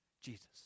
Jesus